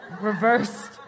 reversed